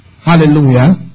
hallelujah